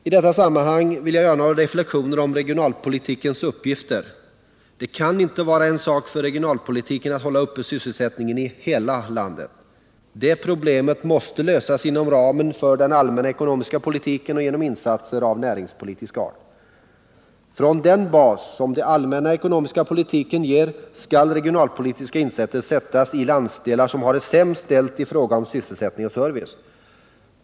I detta sammanhang vill jag göra några reflexioner om regionalpolitikens uppgifter. Det kan inte vara en sak för regionalpolitiken att hålla uppe sysselsättningen i hela landet. Det problemet måste lösas inom ramen för den allmänna ekonomiska politiken och genom insatser av näringspolitisk art. Från den bas som den allmänna ekonomiska politiken ger skall regionalpolitiska insatser sättas in i landsdelar som har det sämst ställt i fråga om sysselsättning och service.